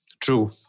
True